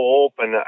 open